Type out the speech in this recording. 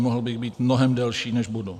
Mohl bych být mnohem delší, než budu.